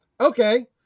Okay